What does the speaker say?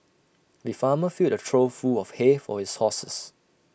the farmer filled A trough full of hay for his horses